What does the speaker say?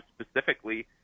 specifically